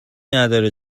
نداره